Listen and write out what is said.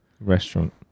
restaurant